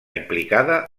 implicada